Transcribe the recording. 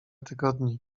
tygodni